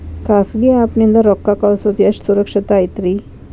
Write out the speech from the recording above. ಖಾಸಗಿ ಆ್ಯಪ್ ನಿಂದ ರೊಕ್ಕ ಕಳ್ಸೋದು ಎಷ್ಟ ಸುರಕ್ಷತಾ ಐತ್ರಿ?